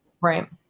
Right